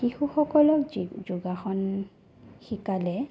শিশুসকলক যোগাসন শিকালে